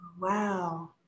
Wow